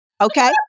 Okay